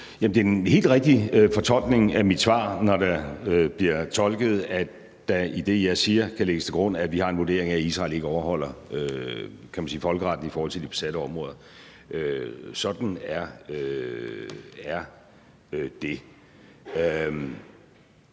det er den helt rigtige fortolkning af mit svar, når der bliver tolket, at der i det, jeg siger, kan lægges til grund, at vi har en vurdering af, at Israel ikke overholder folkeretten i forhold til de besatte områder; sådan er det.